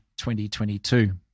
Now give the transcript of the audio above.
2022